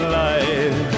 life